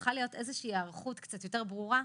שצריכה להיות היערכות קצת יותר ברורה,